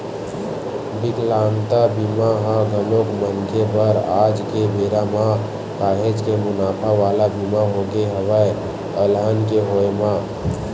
बिकलांगता बीमा ह घलोक मनखे बर आज के बेरा म काहेच के मुनाफा वाला बीमा होगे हवय अलहन के होय म